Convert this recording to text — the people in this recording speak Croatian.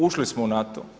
Ušli smo u NATO.